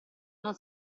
non